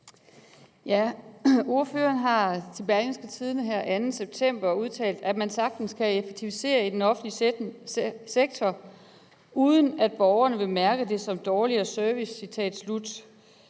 Ordføreren har til Berlingske Tidende her den 2. september udtalt, at man sagtens kan effektivisere i den offentlige sektor, uden at borgerne vil mærke det som dårligere service.